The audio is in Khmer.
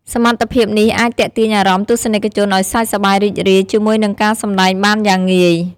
សមត្ថភាពនេះអាចទាក់ទាញអារម្មណ៍ទស្សនិកជនឱ្យសើចសប្បាយរីករាយជាមួយនឹងការសម្តែងបានយ៉ាងងាយ ។